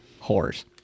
Whores